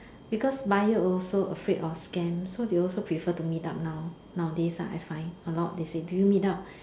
because buyer also afraid of scam so they also prefer to meet up now nowadays ah I find a lot say do you meet up